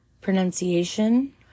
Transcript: Pronunciation